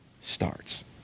starts